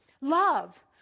Love